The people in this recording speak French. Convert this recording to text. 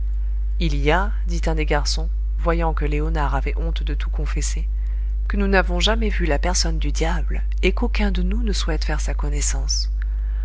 il y a dit un des garçons voyant que léonard avait honte de tout confesser que nous n'avons jamais vu la personne du diable et qu'aucun de nous ne souhaite faire sa connaissance